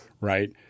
Right